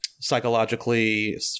psychologically